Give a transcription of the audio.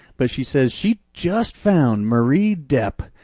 but she says she just found marie depp,